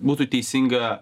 būtų teisinga